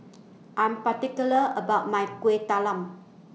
I'm particular about My Kuih Talam